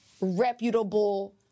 reputable